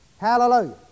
Hallelujah